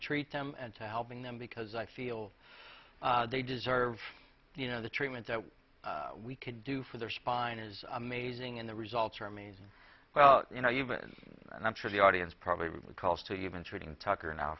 treat them and to helping them because i feel they deserve you know the treatment that we could do for their spine is amazing and the results are amazing well you know you've been and i'm sure the audience probably would cost too even treating tucker now